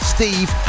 Steve